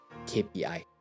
KPI